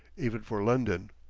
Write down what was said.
even for london.